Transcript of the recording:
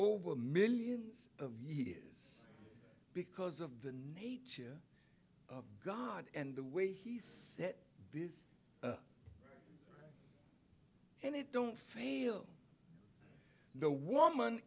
over millions of years because of the nature of god and the way he's set this and it don't feel the woman